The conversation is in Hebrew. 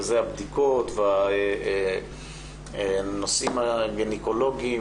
וזה הבדיקות והנושאים הגניקולוגיים,